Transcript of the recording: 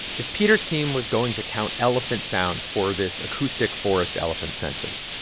if peter's team was going to count elephant sounds for this acoustic forest elephant census,